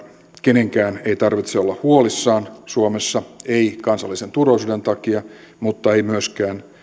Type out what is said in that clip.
kenenkään ei tarvitse olla huolissaan suomessa ei kansallisen turvallisuuden takia mutta ei myöskään siitä